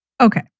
Okay